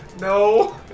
No